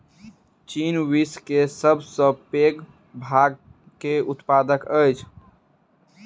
चीन विश्व के सब सॅ पैघ भांग के उत्पादक अछि